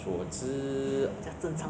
so it's been like more than six months ah